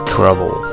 trouble